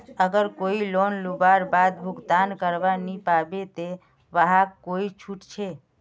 अगर कोई लोन लुबार बाद भुगतान करवा नी पाबे ते वहाक कोई छुट छे?